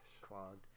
clogged